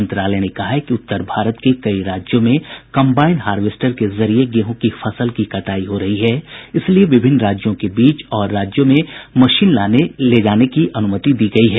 मंत्रालय ने कहा है कि उत्तर भारत के कई राज्यों में कम्बाइन हार्वेस्टर के जरिए गेहूं की फसल की कटाई हो रही है इसलिए विभिन्न राज्यों के बीच और राज्यों में मशीन लाने ले जाने की अनुमति दी गई है